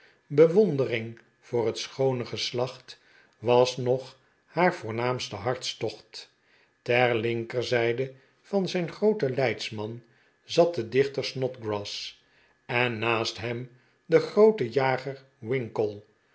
bewondering voor het schoone geslacht was nog haar voornaamste hartstoeht ter linkerzijde van zijn grooten leidsinan zat de dichter snodgrass en naast hem de groote jager winkle